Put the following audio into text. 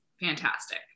fantastic